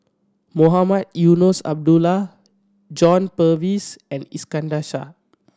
Mohamed Eunos Abdullah John Purvis and Iskandar Shah